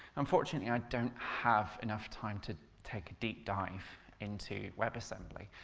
unfortunately i don't have enough time to take a deep dive into webassembly,